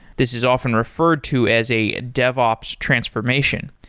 this is often referred to as a devops transformation.